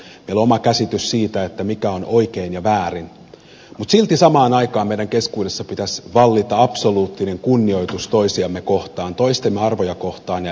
meillä on oma käsityksemme siitä mikä on oikein ja väärin mutta silti samaan aikaan meidän keskuudessamme pitäisi vallita absoluuttinen kunnioitus toisiamme kohtaan toistemme arvoja kohtaan ja elämäntapaa kohtaan